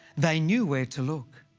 they knew where to look.